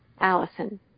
Allison